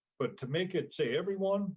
but to make it say everyone